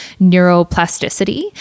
neuroplasticity